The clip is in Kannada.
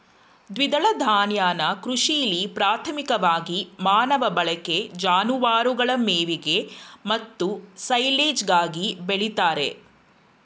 ದ್ವಿದಳ ಧಾನ್ಯನ ಕೃಷಿಲಿ ಪ್ರಾಥಮಿಕವಾಗಿ ಮಾನವ ಬಳಕೆ ಜಾನುವಾರುಗಳ ಮೇವಿಗೆ ಮತ್ತು ಸೈಲೆಜ್ಗಾಗಿ ಬೆಳಿತಾರೆ